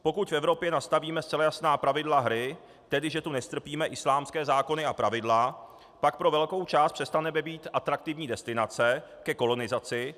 Pokud v Evropě nastavíme zcela jasná pravidla hry, tedy že tu nestrpíme islámské zákony a pravidla, pak pro velkou část přestaneme být atraktivní destinace ke kolonizaci.